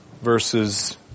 verses